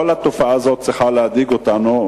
כל התופעה הזאת צריכה להדאיג אותנו.